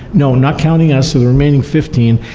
no not counting us, so the remaining fifteen,